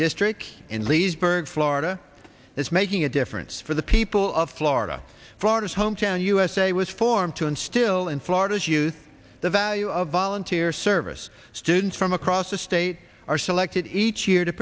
district in leesburg florida is making a difference for the people of florida florida's hometown usa was formed to instill in florida's youth the value of volunteer service students from across the state are selected each year to